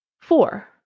Four